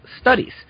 studies